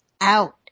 out